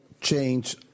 change